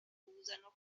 usano